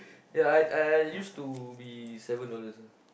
ya I I used to be seven dollars ah